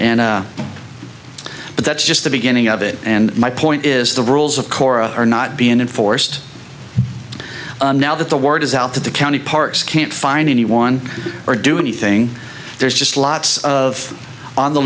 and but that's just the beginning of it and my point is the rules of korra are not being enforced now that the word is out that the county parks can't find anyone or do anything there's just lots of on the